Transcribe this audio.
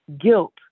guilt